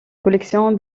collection